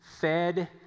fed